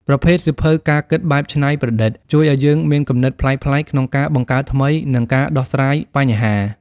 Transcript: ប្រភេទសៀវភៅការគិតបែបច្នៃប្រឌិត ជួយឱ្យយើងមានគំនិតប្លែកៗក្នុងការបង្កើតថ្មី និងការដោះស្រាយបញ្ហា។